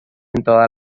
todas